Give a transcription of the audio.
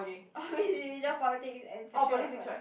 oh religion politics and sexual reference